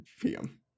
PM